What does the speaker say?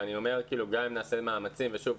ואני אומר שגם אם נעשה מאמצים ושוב,